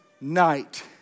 night